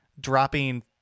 dropping